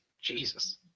Jesus